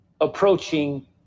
approaching